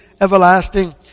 everlasting